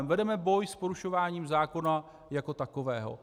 Vedeme boj s porušováním zákona jako takového.